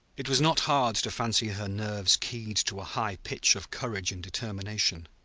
it was not hard to fancy her nerves keyed to a high pitch of courage and determination,